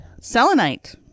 selenite